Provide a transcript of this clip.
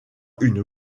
une